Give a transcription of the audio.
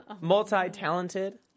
multi-talented